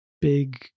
big